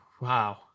wow